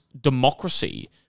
democracy